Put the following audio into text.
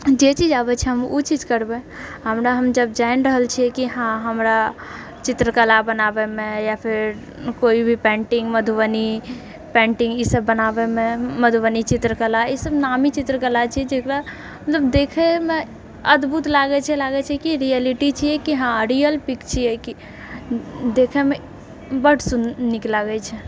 जे चीज आबैछै हम ओ चीज करबै हमरा हमजब जानि रहल छिए कि हँ हमरा चित्रकला बनाबएमे या फिर कोइभी पेन्टिङ्ग मधुबनी पेन्टिङ्ग ई सब बनाबएमे मधुबनी चित्रकला ई सब नामी चित्रकला छै जेकरा मतलब देखैमे अद्भुत लागैछे लागैछै कि रियालिटी छिए हँ रियल पिक छिएकि देखैमे बड्ड सुन नीक लागैछै